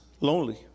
Lonely